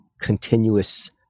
continuous